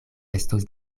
estos